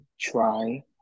try